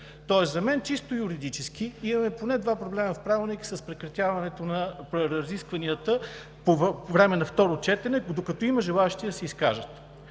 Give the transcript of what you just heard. същото. За мен чисто юридически имаме поне два проблема в Правилника с прекратяването на разискванията по време на второ четене, докато има желаещи да се изкажат.